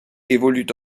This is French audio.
évoluent